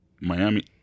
Miami